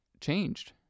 changed